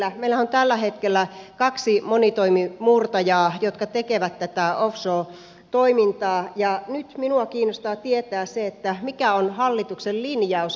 meillähän on tällä hetkellä kaksi monitoimimurtajaa jotka tekevät tätä offshore toimintaa ja nyt minua kiinnostaa tietää se mikä on hallituksen linjaus jatkoa ajatellen